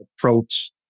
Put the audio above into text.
approach